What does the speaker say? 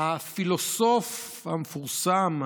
הפילוסוף המפורסם,